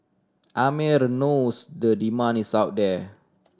Amer knows the demand is out there